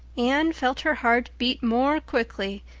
anne felt her heart beat more quickly,